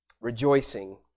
Rejoicing